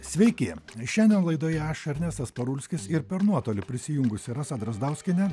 sveiki šiandien laidoje aš ernestas parulskis ir per nuotolį prisijungusi rasa drazdauskienė